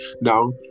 Now